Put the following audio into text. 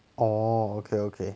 oh okay okay